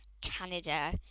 canada